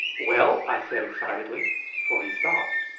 well! i said, excitedly for he stopped.